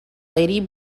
lady